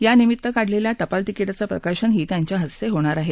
यानिमित्त काढलेल्या टपाल तिकिटाचं प्रकाशनही त्यांच्या हस्ते होणार आहे